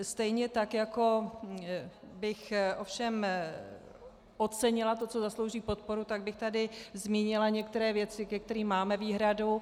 Stejně tak jako bych ovšem ocenila to, co zaslouží podporu, tak bych tady zmínila některé věci, ke kterým máme výhradu.